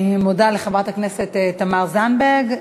אני מודה לחברת הכנסת תמר זנדברג.